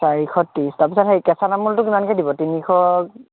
চাৰিশ ত্ৰিছ তাৰপাছত সেই কেঁচা তামোলটো কিমানকৈ দিব তিনিশ